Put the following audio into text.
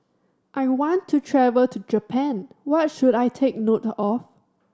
I want to travel to Japan what should I take note of